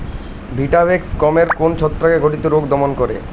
Vitavax গমের কোন ছত্রাক ঘটিত রোগ দমন করে?